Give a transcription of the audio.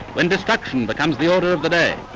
when destruction becomes the order of the day?